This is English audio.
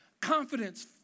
confidence